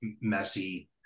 messy